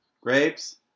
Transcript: grapes